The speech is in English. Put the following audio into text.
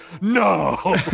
No